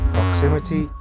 Proximity